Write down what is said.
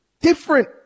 different